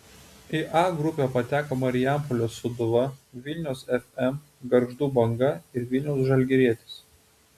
į a grupę pateko marijampolės sūduva vilniaus fm gargždų banga ir vilniaus žalgirietis